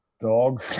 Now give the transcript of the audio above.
dog